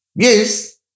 Yes